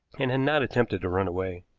and had not attempted to run away.